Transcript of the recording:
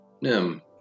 Nim